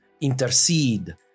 intercede